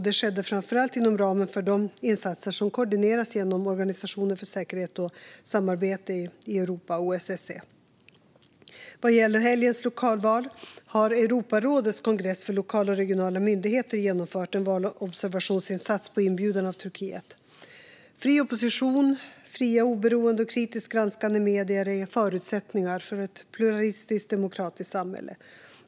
Det skedde framför allt inom ramen för de insatser som koordineras genom Organisationen för säkerhet och samarbete i Europa, OSSE. Vad gäller helgens lokalval har Europarådets kongress för lokala och regionala myndigheter genomfört en valobservationsinsats på inbjudan av Turkiet. Fri opposition och fria, oberoende och kritiskt granskande medier är förutsättningar för ett pluralistiskt, demokratiskt samhälle.